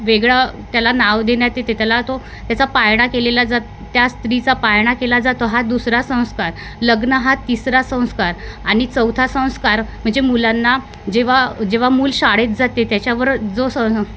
वेगळा त्याला नाव देण्यात येते ते त्याला तो त्याचा पाळणा केलेला जात त्या स्त्रीचा पाळणा केला जातो हा दुसरा संस्कार लग्न हा तिसरा संस्कार आणि चौथा संस्कार म्हणजे मुलांना जेव्हा जेव्हा मूल शाळेत जाते त्याच्यावर जो सं